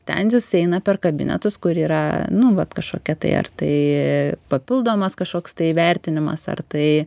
ten jis eina per kabinetus kur yra nu vat kažkokia tai ar tai papildomas kažkoks tai įvertinimas ar tai